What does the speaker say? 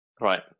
right